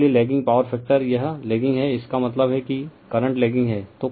इसलिए lagging power factor यह lagging है इसका मतलब है कि करंट लैगिंग है